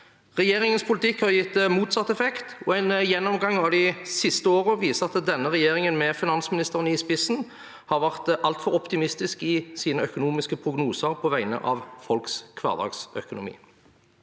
Regjeringens politikk har gitt motsatt effekt, og en gjennomgang av de siste årene viser at denne regjeringen, med finansministeren i spissen, har vært altfor optimistisk i sine økonomiske prognoser på vegne av folks hverdagsøkonomi.